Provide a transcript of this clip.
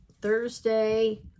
Thursday